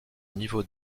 niveau